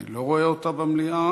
אני לא רואה אותה במליאה,